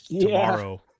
tomorrow